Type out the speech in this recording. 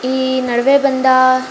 ಈ ನಡುವೆ ಬಂದ